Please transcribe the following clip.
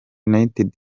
united